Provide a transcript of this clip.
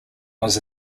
was